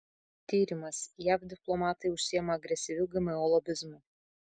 tyrimas jav diplomatai užsiima agresyviu gmo lobizmu